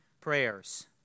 prayers